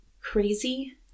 crazy